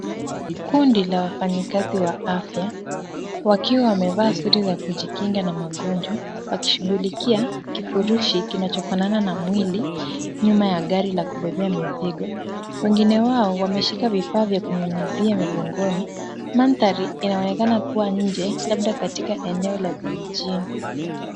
Kundi la wafanyikazi wa afya wakiwa wamevaa suti za kujikinga na magonjwa wakishughulikia kifurushi kinachofanana na mwili nyuma ya gari la kubebea mizigo. Wengine wao wameshika vifaa vya kunyunyiza migongoni. Mandhari inaonekana kuwa nje labda katika eneo la vijijini.